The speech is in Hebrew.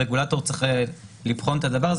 הרגולטור צריך לבחון את זה.